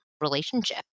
relationship